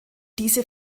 diese